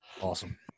Awesome